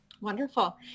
Wonderful